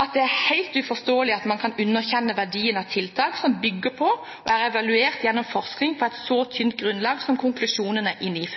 «Men det er uforståelig at Utdanningsdirektoratet underkjenner verdien av tiltak som bygger på og er evaluert gjennom forskning på et så tynt grunnlag som konklusjonene i